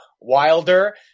Wilder